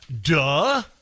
Duh